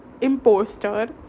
imposter